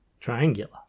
triangular